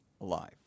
alive